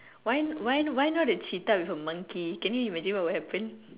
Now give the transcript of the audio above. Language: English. why why why not a cheetah with a monkey can you imagine what would happen